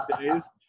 days